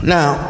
Now